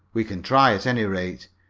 we can try, at any rate.